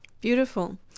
Beautiful